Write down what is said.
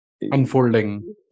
Unfolding